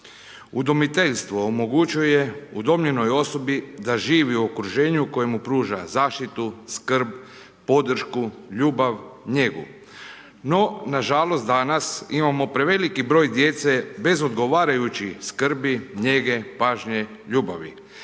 Udomiteljstvo omogućuje udomljenoj osobi da živi u okruženju koje mu pruža zaštitu, skrb, podršku, ljubav, njegu. No, nažalost, danas, imamo preveliki br. djece bez odgovarajuće skrbi, njege, pažnje, ljubavi.